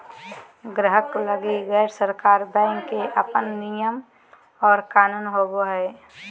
गाहक लगी गैर सरकारी बैंक के अपन नियम और कानून होवो हय